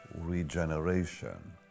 regeneration